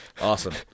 Awesome